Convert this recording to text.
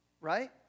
Right